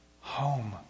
home